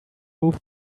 move